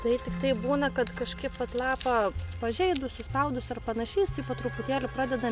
taip tiktai būna kad kažkaip vat lapą pažeidus suspaudus ar panašiai jisai po truputėlį pradeda